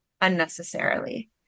unnecessarily